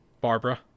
Barbara